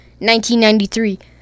1993